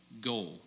goal